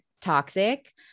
toxic